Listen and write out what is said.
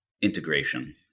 integration